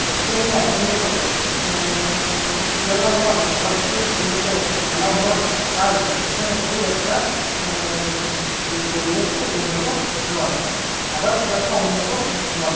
অত্যন্ত অনুন্নত জেলাও নয় আবার খুব উন্নত জেলাও নয় তাই এখানে খুব একটা পরিবেশ উন্নত নয় আবার খুব একটা অনুন্নতও নয়